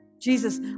Jesus